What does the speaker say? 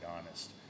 honest